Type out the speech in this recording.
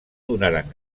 donaren